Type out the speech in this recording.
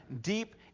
deep